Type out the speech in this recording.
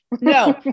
No